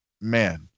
man